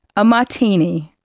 a martini.